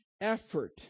effort